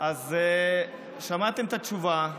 אז שמעתם את התשובה.